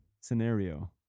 Scenario